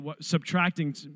subtracting